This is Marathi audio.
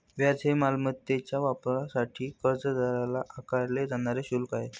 व्याज हे मालमत्तेच्या वापरासाठी कर्जदाराला आकारले जाणारे शुल्क आहे